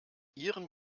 ihren